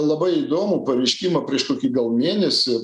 labai įdomų pareiškimą prieš kokį gal mėnesį